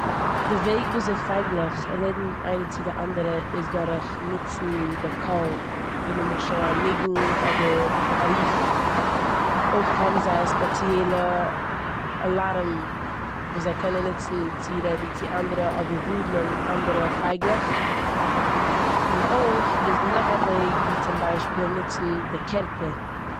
די וועג וויאזוי פייגלעך רעדן איינער צו די אנדערע איז דורך נוצן די קול ווי נמשל א ניגון אדער א רוף. אויך האבן זיי א ספעציעלע אלארם וואס זיי קענען נוצן צו רעדן צו אנדערע, אדער ווארענען אנדערע פייגלעך. און אויך איז דא נאך א וועג, ווי צום ביישפיל ניצן די קערפער.